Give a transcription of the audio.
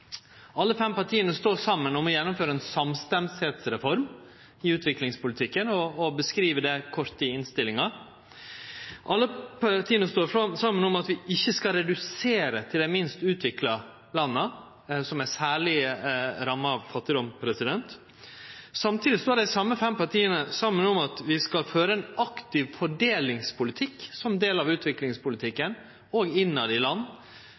Alle fem partia står saman om å gjennomføre ei samstemdheitsreform i utviklingspolitikken og beskriv det kort i innstillinga. Alle partia står saman om at ein ikkje skal redusere til dei minst utvikla landa, som er særleg ramma av fattigdom. Samtidig står dei same fem partia saman om at vi skal føre ein aktiv fordelingspolitikk som del av utviklingspolitikken, òg innanfor i land,